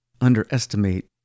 underestimate